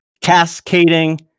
cascading